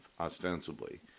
ostensibly